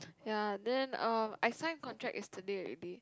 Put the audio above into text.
ya then um I signed contract yesterday already